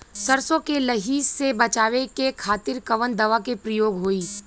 सरसो के लही से बचावे के खातिर कवन दवा के प्रयोग होई?